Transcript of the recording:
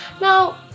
Now